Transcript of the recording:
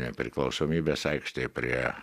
nepriklausomybės aikštėj prie